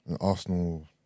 Arsenal